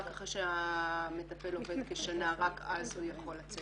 רק אחרי שהמטפל עובד כשנה רק אז הוא יכול לצאת לקורס.